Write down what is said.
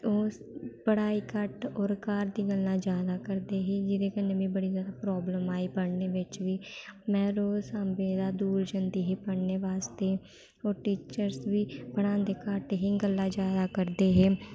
ओह् पढ़ाई घट्ट होर घर दी गल्लां जादा करदे ही जेह्दे कन्नै मीं बड़ी जादा प्रॉब्लम आई पढ़ने बिच्च बी में रोज सांबे दा दूर जंदी ही पढ़ने बास्तै होर टीचर्स बी पढ़ांदे घट्ट ही गल्लां जादा करदे हे